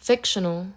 Fictional